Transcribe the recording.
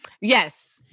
Yes